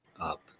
up